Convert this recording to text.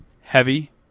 Heavy